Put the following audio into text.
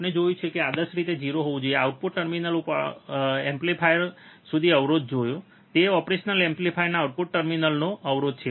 આપણે જોયું છે કે આદર્શ રીતે તે 0 હોવું જોઈએ આઉટપુટ ટર્મિનલથી ઓપરેશનલ એમ્પ્લીફાયર સુધી અવરોધ જોવો તે ઓપરેશનલ એમ્પ્લીફાયરના આઉટપુટ ટર્મિનલનો અવરોધ છે